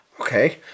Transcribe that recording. Okay